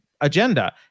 agenda